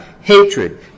hatred